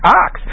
ox